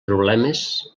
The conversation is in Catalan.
problemes